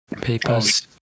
papers